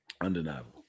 Undeniable